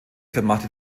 vermachte